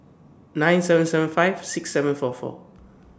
nine seven seven five six seven four four